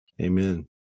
Amen